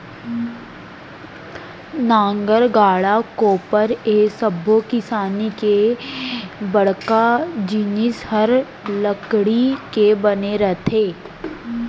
नांगर, गाड़ा, कोपर ए सब्बो किसानी के बड़का जिनिस हर लकड़ी के बने रथे